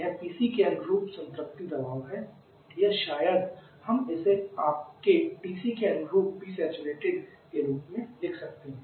यह PC के अनुरूप संतृप्ति दबाव है या शायद हम इसे आपके TC के अनुरूप Psat के रूप में लिख सकते हैं